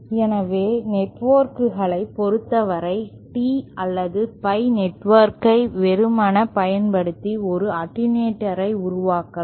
எதிர்ப்பு நெட்வொர்க்குகளைப் பொருத்தவரை T அல்லது பை நெட்வொர்க்கை வெறுமனே பயன்படுத்தி ஒரு அட்டென்யூட்டரை உருவாக்கலாம்